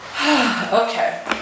Okay